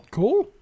cool